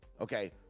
Okay